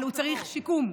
הוא צריך שיקום,